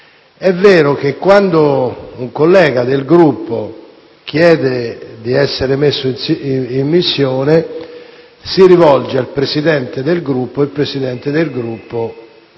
è vero che quando un collega del Gruppo chiede di essere messo in missione, si rivolge al Presidente del Gruppo. Questo può